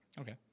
Okay